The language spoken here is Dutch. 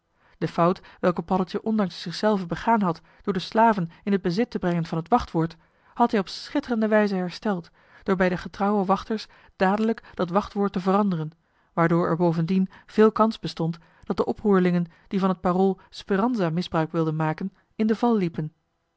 de fout welke paddeltje ondanks zichzelven begaan had door de slaven in t bezit te brengen van het wachtwoord had hij op schitterende wijze hersteld door bij de getrouwe wachters dadelijk dat wachtwoord te veranderen waardoor er bovendien veel kans bestond dat de oproerlingen die van het parool speranza misbruik wilden maken in de val liepen